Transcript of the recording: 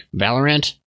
Valorant